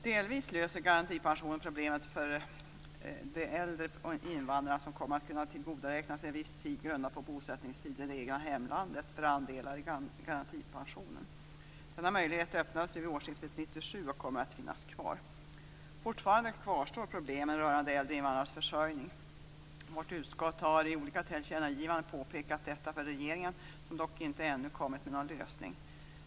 Delvis löser garantipensionen problemet för de äldre invandrarna som kommer att kunna tillgodoräkna sig viss tid grundad på bosättningstid i det egna hemlandet för andelar i garantipensionen. Denna möjlighet öppnades vid årsskiftet 1997 och kommer att finnas kvar. Fortfarande kvarstår problemen rörande äldre invandrares försörjning. Vårt utskott har i olika tillkännagivanden påpekat detta för regeringen som dock ännu inte kommit med någon lösning.